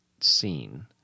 scene